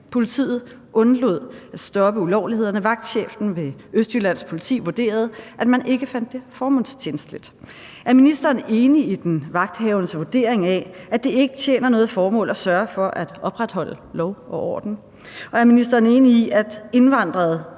Politiet undlod at stoppe ulovlighederne. Vagtchefen ved Østjyllands Politi vurderede, at man ikke fandt det formålstjenligt. Er ministeren enig i den vagthavendes vurdering af, at det ikke tjener noget formål at sørge for at opretholde lov og orden? Og er ministeren enig i, at indvandrede